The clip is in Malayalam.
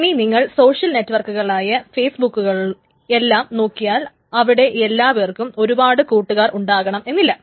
ഇനി നിങ്ങൾ സോഷ്യൽ നെറ്റ് വർക്കുകളായ ഫെയ്സ്ബുക്കുകൾ എല്ലാം നോക്കിയാൽ അവിടെ എല്ലാ പേർക്കും ഒരുപാട് കൂട്ടുകാർ ഉണ്ടാകണമെന്നില്ല